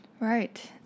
Right